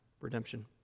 redemption